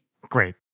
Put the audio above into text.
Great